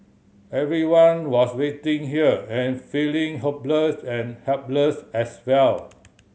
everyone was waiting here and feeling hopeless and helpless as well